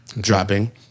dropping